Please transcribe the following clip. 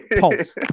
pulse